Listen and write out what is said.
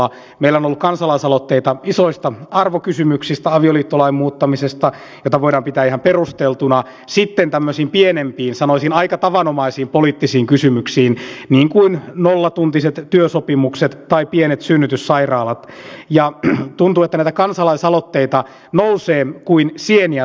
meillä on ollut kansalaisaloitteita isoista arvokysymyksistä avioliittolain muuttamisesta jota voidaan pitää ihan perusteltuna sitten tämmöisiin pienempiin sanoisin aika tavanomaisiin poliittisiin kysymyksiin liittyviä niin kuin nollatuntisiin työsopimuksiin tai pieniin synnytyssairaaloihin ja tuntuu että näitä kansalaisaloitteita nousee kuin sieniä sateella